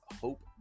Hope